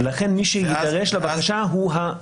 לכן מי שיידרש לבקשה זה בית המשפט.